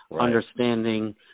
Understanding